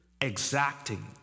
exacting